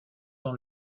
dans